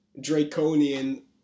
draconian